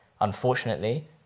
Unfortunately